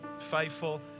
faithful